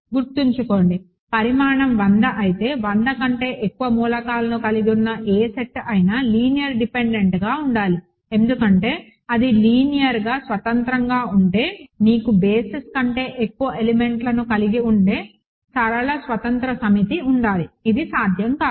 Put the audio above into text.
గుర్తుంచుకోండి పరిమాణం వంద అయితే 100 కంటే ఎక్కువ మూలకాలను కలిగి ఉన్న ఏ సెట్ అయినా లీనియర్ డిపెండెంట్గా ఉండాలి ఎందుకంటే అది లీనియర్గా స్వతంత్రంగా ఉంటే మీకు బేసిస్ కంటే ఎక్కువ ఎలిమెంట్లను కలిగి ఉండే సరళ స్వతంత్ర సమితి ఉండాలి ఇది సాధ్యం కాదు